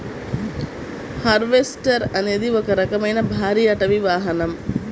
harvester అనేది ఒక రకమైన భారీ అటవీ వాహనం